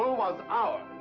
was ours!